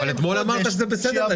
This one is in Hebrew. אבל אתמול אמרת שזה בסדר.